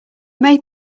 made